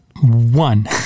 One